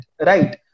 Right